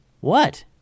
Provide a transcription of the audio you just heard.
What